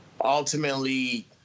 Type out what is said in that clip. ultimately